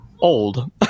old